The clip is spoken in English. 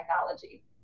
technology